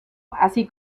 así